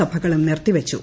സഭകളും നിർത്തിവച്ചു